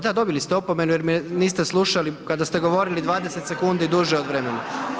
Da, dobili ste opomenu jer me niste slušali kada ste govorili 20 sekundi duže od vremena.